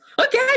okay